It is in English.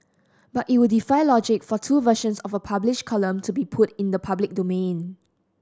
but it would defy logic for two versions of a published column to be put in the public domain